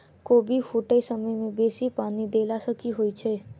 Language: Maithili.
कोबी फूटै समय मे बेसी पानि देला सऽ की होइ छै?